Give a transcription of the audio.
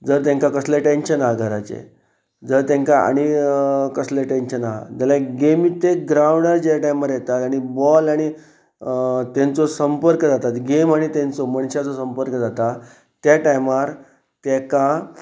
जर तांकां कसलेंय टेंन्शन आसा घराचें जर तांकां आनी कसलें टेंन्शन आसा जाल्यार गेमी ते ग्रावंडार जे टायमार येतात आनी बॉल आनी तेंचो संपर्क जाता गेम आनी तेंचो मनशाचो संपर्क जाता त्या टायमार ताका